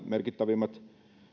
merkittävimmät